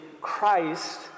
Christ